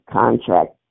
contract